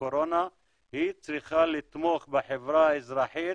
הקורונה היא צריכה לתמוך בחברה האזרחית